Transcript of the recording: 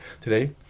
today